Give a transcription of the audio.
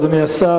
אדוני השר,